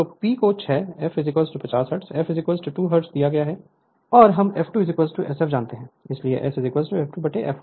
तो P को 6 f 50 hertz f 2 hertz दिया जाता है और हम f2 Sf जानते हैं इसलिए S f2 f